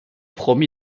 promit